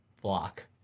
block